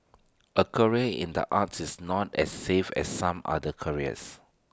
A career in the arts is not as safe as some other careers